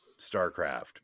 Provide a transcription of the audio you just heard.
StarCraft